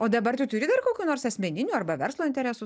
o dabar tu turi dar kokių nors asmeninių arba verslo interesų